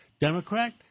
Democrat